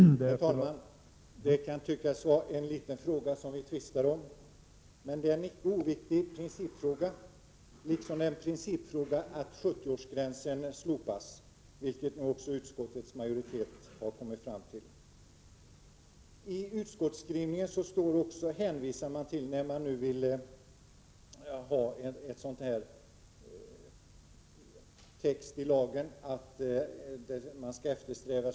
Herr talman! Det kan tyckas vara en liten fråga som vi tvistar om, men det är en icke oviktig principfråga. Det är också en principfråga om man skall slopa 70-årsgränsen, vilket utskottets majoritet nu har kommit fram till skall göras. Utskottet vill i lagen införa regler innebärande att större allsidighet skall eftersträvas.